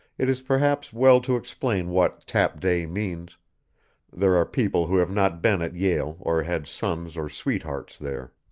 it is perhaps well to explain what tap day means there are people who have not been at yale or had sons or sweethearts there.